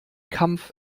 kampf